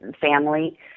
family